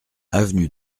avenue